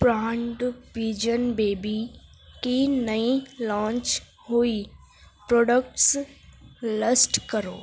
brand Pigeon baby کی نئی launch ہوئی پروڈکٹس لسٹ کرو